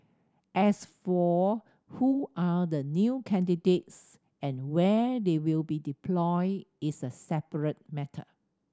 as for who are the new candidates and where they will be deployed is a separate matter